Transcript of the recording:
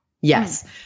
Yes